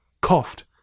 Coughed